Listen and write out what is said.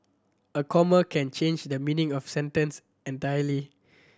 a comma can change the meaning of sentence entirely